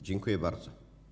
Dziękuję bardzo.